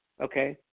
Okay